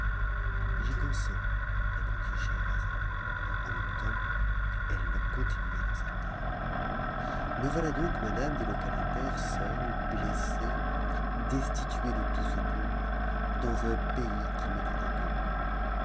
j'y consens répondit scheherazade en même temps elle le continua dans ces termes me voilà donc madame dit le calender seul blessé destitué de tout secours dans un pays qui m'était inconnu